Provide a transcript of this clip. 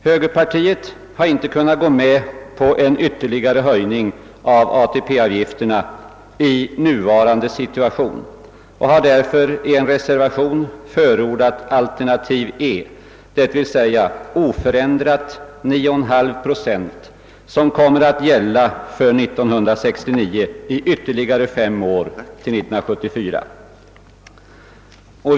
Högerpartiet har, i nuvarande situation, inte kunnat gå med på en ytterligare höjning av ATP-avgifterna och har därför i en reservation förordat alternativ E, d.v.s. oförändrat 9,5 procent som avses gälla för 1969 och i ytterligare fem år till 1974.